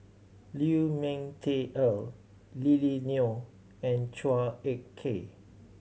Liu Ming Teh Earl Lily Neo and Chua Ek Kay